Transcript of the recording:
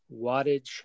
Wattage